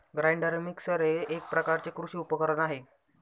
grinder mixer हे एक प्रकारचे कृषी उपकरण आहे